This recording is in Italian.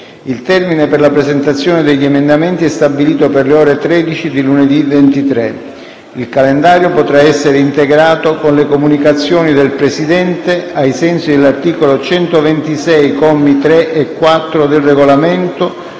Il termine per la presentazione degli emendamenti è stabilito per le ore 13 di lunedì 23. Il calendario potrà essere integrato con le comunicazioni del Presidente, ai sensi del articolo 126, commi 3 e 4 del Regolamento,